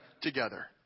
together